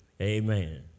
amen